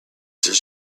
this